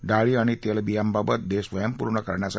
डाळी आणि तेलबियांबाबत देश स्वयंपूर्ण करण्यासाठी